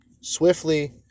swiftly